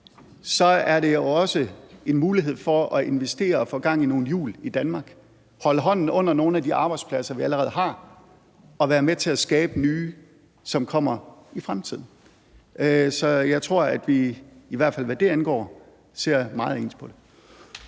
så også en mulighed for at investere og få gang i nogle hjul i Danmark, holde hånden under nogle af de arbejdspladser, vi allerede har, og være med til at skabe nye, som kommer i fremtiden. Så jeg tror i hvert fald, at vi, hvad det angår, ser meget ens på det.